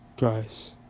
Guys